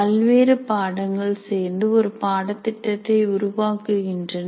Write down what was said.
பல்வேறு பாடங்கள் சேர்ந்து ஒரு பாடத்திட்டத்தை உருவாக்குகின்றன